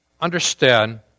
understand